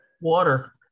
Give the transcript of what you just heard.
water